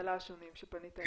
הממשלה השונים שפנית אליהם.